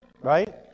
right